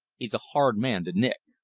he's a hard man to nick.